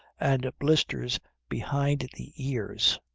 and blisters behind the ears.